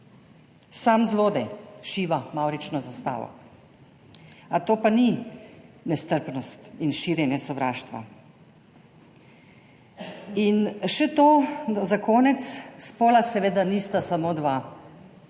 Sam zlodej šiva mavrično zastavo, to pa ni nestrpnost in širjenje sovraštva? In še to, za konec. Spola seveda nista samo dva in